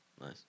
Nice